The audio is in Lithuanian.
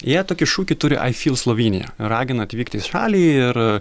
jie tokį šūkį turi ai fyl slovynia ragina atvykti į šalį ir